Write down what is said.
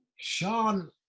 Sean